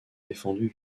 défendu